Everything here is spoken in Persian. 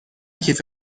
کیف